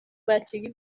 بچگی